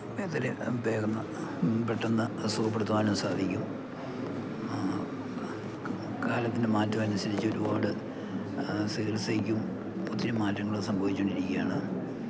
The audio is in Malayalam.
എത്രയും വേഗമെന്ന് പെട്ടെന്ന് സുഖപ്പെടുത്തുവാനും സാധിക്കും കാലത്തിൻ്റെ മാറ്റം അനുസരിച്ചു ഒരുപാട് ചികിൽസക്കും ഒത്തിരി മാറ്റങ്ങൾ സംഭവിച്ചു കൊണ്ടിരിക്കുകയാണ്